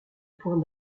points